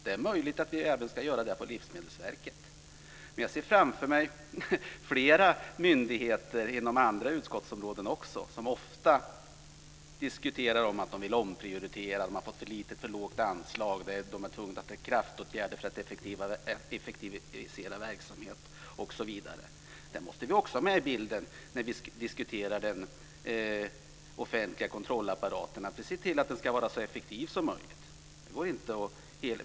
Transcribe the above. Det är möjligt att vi även ska göra det med Jag ser framför mig flera myndigheter inom andra utskottsområden som ofta diskuterar att de vill omprioritera. De har fått för lite anslag och är tvungna att ta till krafttag för att effektivisera verksamhet, osv. Det måste vi också ha med i bilden när vi diskuterar den offentliga kontrollapparaten och ser till att den ska vara så effektiv som möjligt.